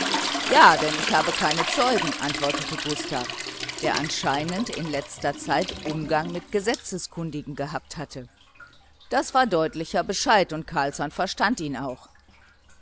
ja denn ich habe keine zeugen antwortete gustav der anscheinend in letzter zeit umgang mit gesetzeskundigen gehabt hatte das war deutlicher bescheid und carlsson verstand ihn auch